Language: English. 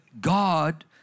God